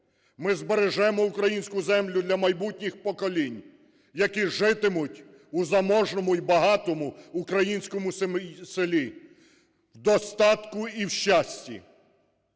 Ми збережемо українську землю для майбутніх поколінь, які житимуть у заможному і багатому українському селі, в достатку і в щасті.